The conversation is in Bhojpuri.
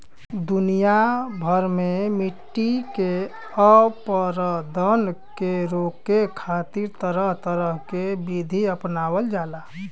दुनिया भर में मट्टी के अपरदन के रोके खातिर तरह तरह के विधि अपनावल जाला